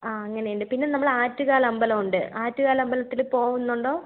ആ അങ്ങനെയുണ്ട് പിന്നെ നമ്മൾ ആറ്റുകാൽ അമ്പലമുണ്ട് ആറ്റുകാൽ അമ്പലത്തിൽ പോവുന്നുണ്ടോ